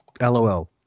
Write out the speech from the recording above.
LOL